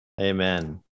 Amen